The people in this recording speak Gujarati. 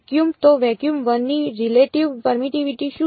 તો વેક્યૂમ 1 ની રિલેટિવ પેરમિટીવિટી શું છે